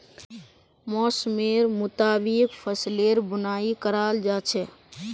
मौसमेर मुताबिक फसलेर बुनाई कराल जा छेक